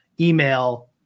email